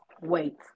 Wait